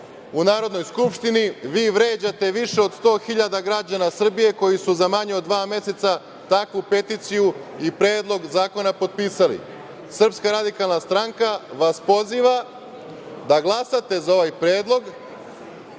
u Narodnoj skupštini vi vređate više od 100 hiljada građana Srbije koji su za manje od dva meseca takvu peticiju i Predlog zakona potpisali. Srpska radikalna stranka vas poziva da glasate za ovaj predlog,